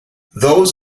those